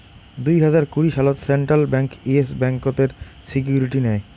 দুই হাজার কুড়ি সালত সেন্ট্রাল ব্যাঙ্ক ইয়েস ব্যাংকতের সিকিউরিটি নেয়